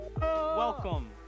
Welcome